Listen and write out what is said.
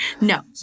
no